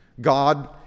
God